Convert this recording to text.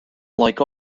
like